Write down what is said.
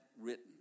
written